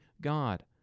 God